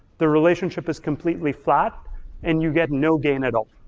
the relationship is completely flat and you get no gain at all,